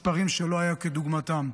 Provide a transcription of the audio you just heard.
מספרים שלא היו כדוגמתם.